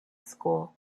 school